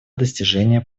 достижения